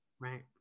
Right